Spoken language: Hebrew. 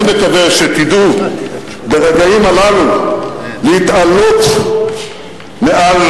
אני מקווה שתדעו ברגעים הללו להתעלות מעל